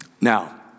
Now